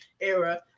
era